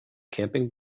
camping